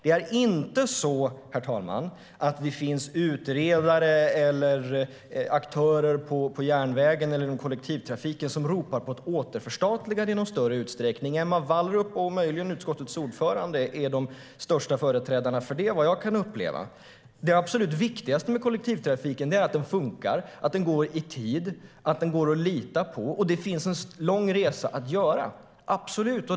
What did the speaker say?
Det är inte så, herr talman, att det finns utredare eller aktörer vid järnvägen eller inom kollektivtrafiken som ropar på ett återförstatligande i någon större utsträckning. Emma Wallrup och möjligen utskottets ordförande är de starkaste förespråkarna för det, som jag upplever det. Det absolut viktigaste med kollektivtrafiken är att den fungerar, att tågen och bussarna går i tid, att kollektivtrafiken går att lita på. Det finns en lång resa att göra, absolut.